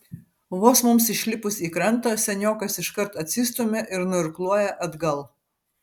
vos mums išlipus į krantą seniokas iškart atsistumia ir nuirkluoja atgal